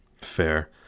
Fair